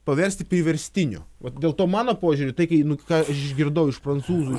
paversti priverstiniu vat dėl to mano požiūriu tai kai ką išgirdau iš prancūzų